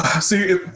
see